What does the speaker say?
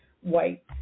white